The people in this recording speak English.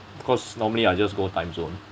cause normally I just go timezone